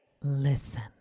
Listen